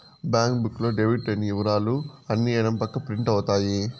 bank book లో debit అయిన ఇవరాలు అన్ని ఎడం పక్క ప్రింట్ అవుతాయి